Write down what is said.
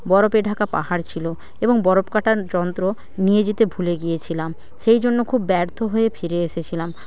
বরফে ঢাকা পাহাড় ছিলো এবং বরফ কাটার যন্ত্র নিয়ে যেতে ভুলে গিয়েছিলাম সেই জন্য খুব ব্যর্থ হয়ে ফিরে এসেছিলাম